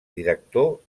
director